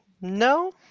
No